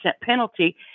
penalty